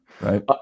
right